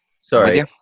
Sorry